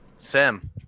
Sam